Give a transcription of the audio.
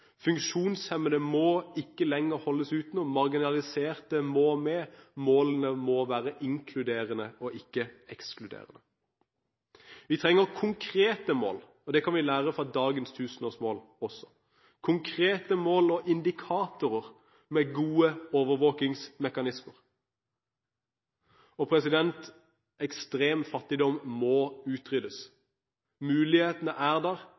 lenger holdes utenfor, marginaliserte må med, og målene må være inkluderende, og ikke ekskluderende. Vi trenger konkrete mål – og det kan vi lære fra dagens tusenårsmål også – konkrete mål og indikatorer med gode overvåkingsmekanismer. Ekstrem fattigdom må utryddes. Mulighetene er der,